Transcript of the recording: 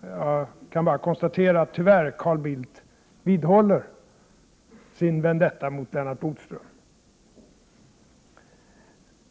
Jag kan bara konstatera att Carl Bildt tyvärr vidhåller sin vendetta mot Lennart Bodström.